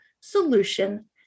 solution